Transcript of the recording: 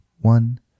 one